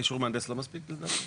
אישור מהנדס לא מספיק לדעתך?